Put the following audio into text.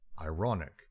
ironic